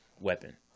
weapon